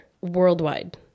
worldwide